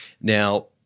Now